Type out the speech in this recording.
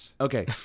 Okay